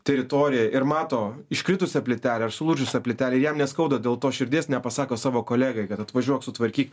teritoriją ir mato iškritusią plytelę ar sulūžusią plytelęir jam neskauda dėl to širdies nepasako savo kolegai kad atvažiuok sutvarkyk